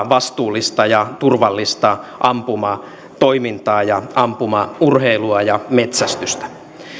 vastuullista ja turvallista ampumatoimintaa ja ampumaurheilua ja metsästystä